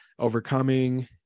Overcoming